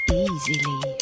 easily